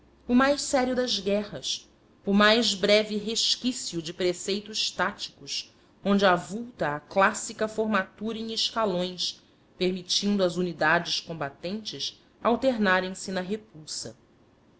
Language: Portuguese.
o mais sério das guerras o mais breve resquício de preceitos táticos onde avulta a clássica formatura em escalões permitindo às unidades combatentes alternarem se na repulsa